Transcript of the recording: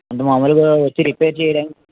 అంటే మాములుగా వచ్చి రిపేర్ చేయడానికి